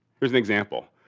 here's an example.